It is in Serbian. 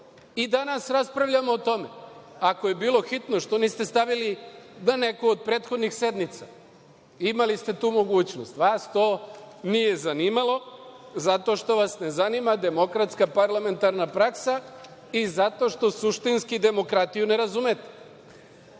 i danas raspravljamo o tome. Ako je bilo hitno, što niste stavili na neku od prethodnih sednica? Imali ste tu mogućnost. Vas to nije zanimalo, zato što vas ne zanima demokratska parlamentarna praksa i zato što suštinski demokratiju ne razumete. Idemo